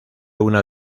una